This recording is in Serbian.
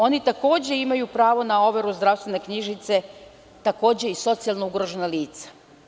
Oni takođe imaju pravo na overu zdravstvene knjižice, takođe i socijalno ugrožena lica.